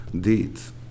deeds